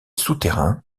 souterrains